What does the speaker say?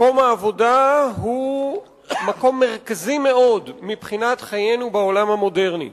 מקום העבודה הוא מקום מרכזי מאוד מבחינת חיינו בעולם המודרני.